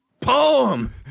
poem